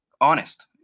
honest